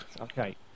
Okay